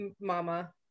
mama